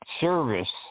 service